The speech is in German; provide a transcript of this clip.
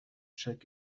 check